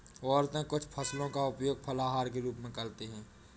औरतें कुछ फसलों का उपयोग फलाहार के रूप में करते हैं